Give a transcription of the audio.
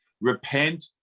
Repent